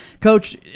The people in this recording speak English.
coach